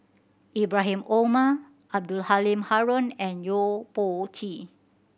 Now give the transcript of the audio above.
Ibrahim Omar Abdul Halim Haron and Yo Po Tee